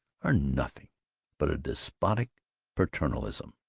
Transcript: are nothing but a despotic paternalism.